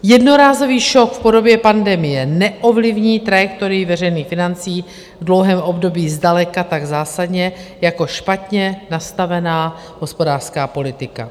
Jednorázový šok v podobě pandemie neovlivní trajektorii veřejných financí v dlouhém období zdaleka tak zásadně jako špatně nastavená hospodářská politika.